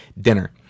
dinner